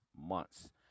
months